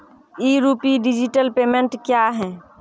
ई rupee digital payment क्या हैं?